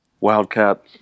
Wildcat